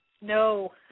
No